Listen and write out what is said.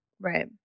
Right